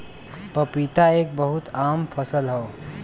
पपीता एक बहुत आम फल हौ